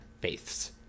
faiths